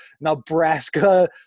Nebraska